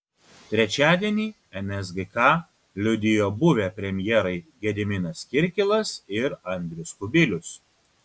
trečiadienį nsgk liudijo buvę premjerai gediminas kirkilas ir andrius kubilius